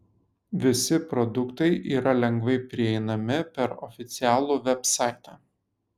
visi produktai yra lengvai prieinami per oficialų vebsaitą